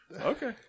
Okay